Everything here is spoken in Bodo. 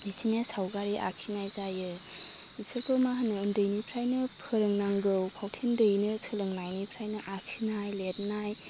बिसिनिया सावगारि आखिनाय जायो बिसोरखौ मा होनो उन्दैनिफ्रायनो फोरोंनांगौ पावटेन दैनो सोलोंनायनिफ्रायनो आखिनाय लिदनाय